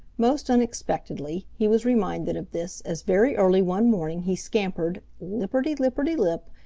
most unexpectedly he was reminded of this as very early one morning he scampered, lipperty-lipperty-lip,